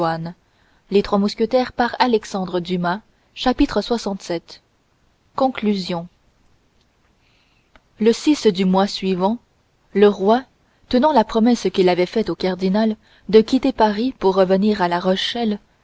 lxvii conclusion le du mois suivant le roi tenant la promesse qu'il avait faite au cardinal de quitter paris pour revenir à la rochelle